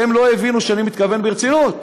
כי הם לא הבינו שאני מתכוון ברצינות.